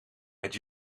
het